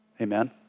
Amen